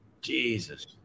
jesus